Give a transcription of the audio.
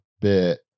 bit